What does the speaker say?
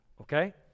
okay